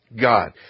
God